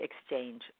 exchange